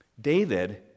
David